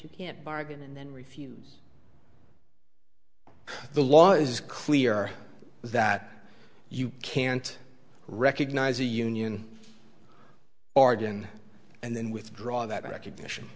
you can't bargain and then refuse the law is clear that you can't recognise a union origin and then withdraw that recognition